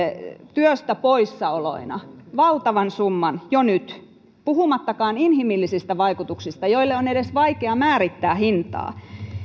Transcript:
työstä poissaoloina valtavan summan jo nyt puhumattakaan inhimillisistä vaikutuksista joille on vaikea edes määrittää hintaa